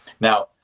Now